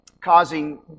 causing